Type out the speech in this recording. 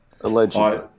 allegedly